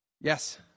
Yes